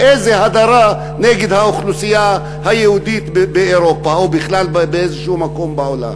איזו הדרה נגד האוכלוסייה היהודית באירופה או בכלל באיזשהו מקום בעולם.